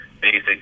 basic